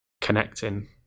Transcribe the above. connecting